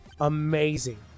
amazing